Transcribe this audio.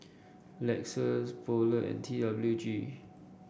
Llexus Poulet and T W G